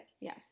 Yes